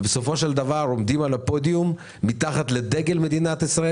ובסופו של דבר עומדים על הפודיום מתחת לדגל מדינת ישראל